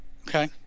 Okay